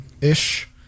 ish